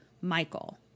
michael